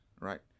right